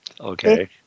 Okay